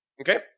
Okay